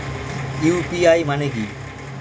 UPI মানে কি?